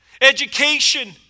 Education